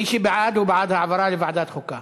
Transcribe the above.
מי שבעד הוא בעד העברה לוועדת החוקה.